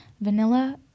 vanilla